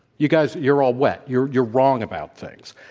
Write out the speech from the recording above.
you guys you're all wet. you're you're wrong about things.